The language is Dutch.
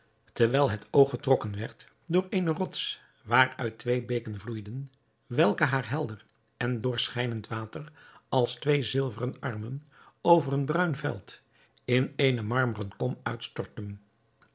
terwijl het oog getrokken werd door eene rots waaruit twee beken vloeiden welke haar helder en doorschijnend water als twee zilveren armen over een bruin veld in eene marmeren kom